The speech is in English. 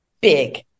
big